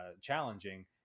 challenging